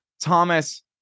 Thomas